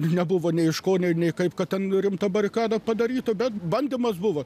nebuvo nei iš ko nei nei kaip kad ten rimtą barikadą padarytų bet bandymas buvo